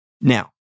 Now